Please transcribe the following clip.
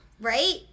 right